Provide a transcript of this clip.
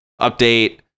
update